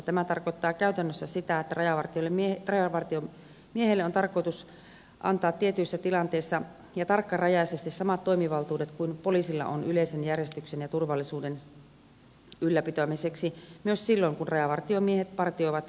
tämä tarkoittaa käytännössä sitä että rajavartiomiehille on tarkoitus antaa tietyissä tilanteissa ja tarkkarajaisesti samat toimivaltuudet kuin poliisilla on yleisen järjestyksen ja turvallisuuden ylläpitämiseksi myös silloin kun rajavartiomiehet partioivat keskenään